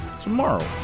tomorrow